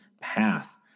path